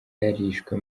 yarishwe